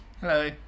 Hello